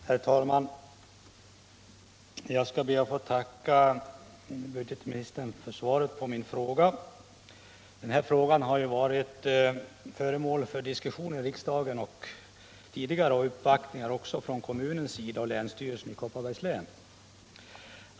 Herr talman! Jag skall be att få tacka budgetministern för svaret på min fråga. Den här frågan har tidigare varit föremål för diskussioner i riksdagen och även uppvaktningar från Mora kommun och länsstyrelsen i Kopparbergs län har förekommit.